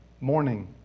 morning